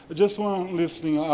just one last thing,